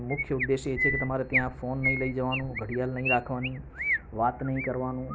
મુખ્ય ઉદ્દેશ એ છે કે તમારે ત્યાં ફોન નહીં લઈ જવાનું ઘડિયાળ નહીં રાખવાની વાત નહીં કરવાનું